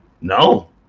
no